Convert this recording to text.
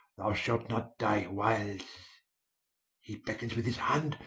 thou shalt not dye whiles he beckens with his hand,